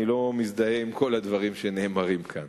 אני לא מזדהה עם כל הדברים שנאמרים כאן.